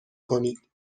کنید